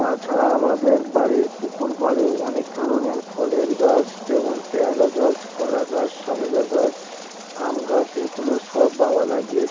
তাছাড়া আমাদের বাড়ির পুকুর পাড়েও অনেক ধরনের ফলের গাছ যেমন পেয়ারা গাছ কলা গাস সবেদা গাছ আম গাছ এগুলো সব বাবা লাগিয়েছে